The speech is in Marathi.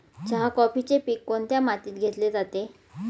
चहा, कॉफीचे पीक कोणत्या मातीत घेतले जाते?